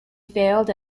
failed